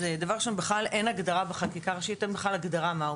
דבר ראשון הוא שבחקיקה אין בכלל אין הגדרה מהו